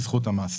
המס.